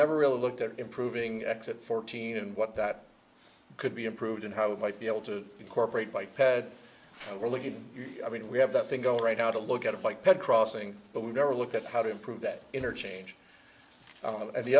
never really looked at improving exit fourteen and what that could be improved and how it might be able to incorporate by ted we're looking we have that thing go right now to look at it like that crossing but we've never looked at how to improve that interchange and the